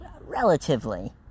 relatively